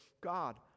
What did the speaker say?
God